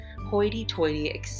hoity-toity